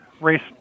race